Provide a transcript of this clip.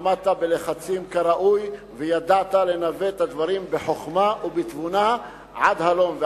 עמדת בלחצים כראוי וידעת לנווט את הדברים בחוכמה ובתבונה עד הלום,